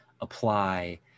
apply